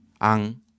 Ang